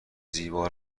زیبا